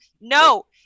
no